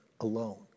alone